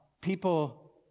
people